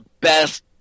best